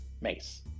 mace